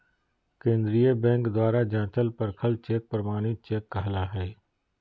केंद्रीय बैंक द्वारा जाँचल परखल चेक प्रमाणित चेक कहला हइ